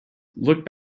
looked